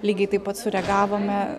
lygiai taip pat sureagavome